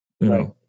Right